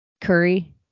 Curry